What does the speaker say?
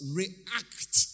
react